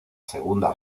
segunda